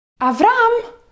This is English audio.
Avram